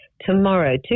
Tomorrow